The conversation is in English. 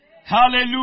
Hallelujah